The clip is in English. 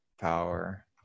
power